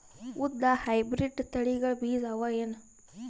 ಉದ್ದ ಹೈಬ್ರಿಡ್ ತಳಿಗಳ ಬೀಜ ಅವ ಏನು?